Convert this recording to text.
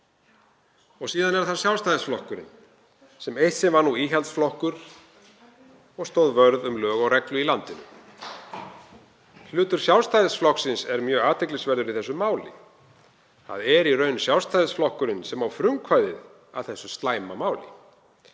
Síðan er það Sjálfstæðisflokkurinn, sem eitt sinn var íhaldsflokkur og stóð vörð um lög og reglu í landinu. Hlutur Sjálfstæðisflokksins er mjög athyglisverður í þessu máli. Það er í raun Sjálfstæðisflokkurinn sem á frumkvæðið að þessu slæma máli.